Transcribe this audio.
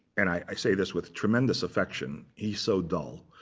and i say this with tremendous affection he's so dull.